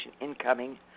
incoming